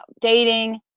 dating